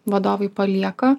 vadovai palieka